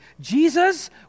Jesus